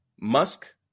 Musk